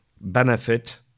benefit